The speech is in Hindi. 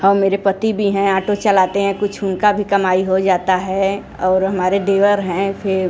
और मेरे पति भी हैं आटो चलाते हैं कुछ उनका भी कमाई हो जाता है और हमारे देवर हैं फिर